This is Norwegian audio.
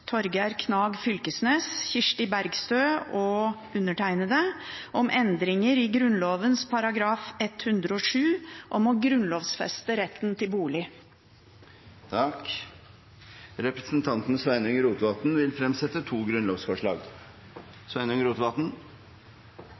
Torgeir Knag Fylkesnes, Kirsti Bergstø og meg selv om endring i § 107, om å grunnlovfeste retten til bolig. Representanten Sveinung Rotevatn vil fremsette to grunnlovsforslag.